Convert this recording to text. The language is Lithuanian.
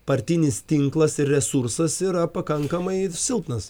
partinis tinklas ir resursas yra pakankamai silpnas